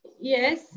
Yes